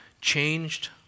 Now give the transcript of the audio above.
changed